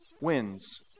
wins